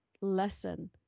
lesson